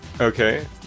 okay